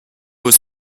was